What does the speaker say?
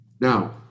Now